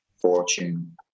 fortune